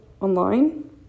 online